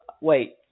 Wait